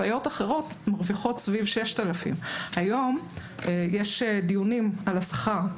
סייעות אחרות מרוויחות סביב 6,000. היום יש דיונים על השכר.